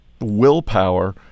willpower